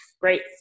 great